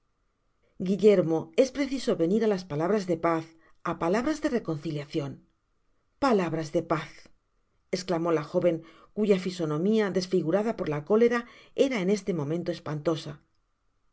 guillermo es preciso venir á palabras de paz á palabras de reconciliacion palabras de paz esclamó la joven cuya fisonomia desfigurada por la cólera era en este momento espantosa